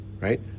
right